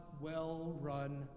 well-run